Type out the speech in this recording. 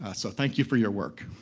ah so, thank you for your work.